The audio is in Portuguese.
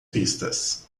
pistas